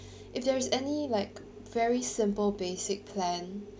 if there is any like very simple basic plan